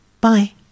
Bye